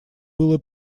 было